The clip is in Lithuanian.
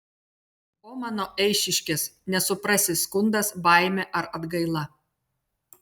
o mano eišiškės nesuprasi skundas baimė ar atgaila